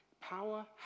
Power